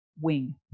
wing